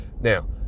Now